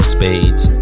Spades